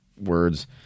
words